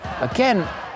again